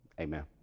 Amen